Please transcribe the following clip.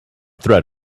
threat